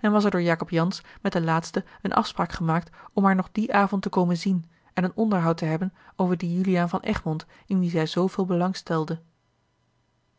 en was er door jacob jansz met de laatste eene afspraak gemaakt om haar nog dien avond te komen zien en een onderhoud te hebben over dien juliaan van egmond in wien zij zooveel